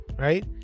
Right